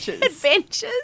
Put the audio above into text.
Adventures